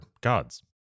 gods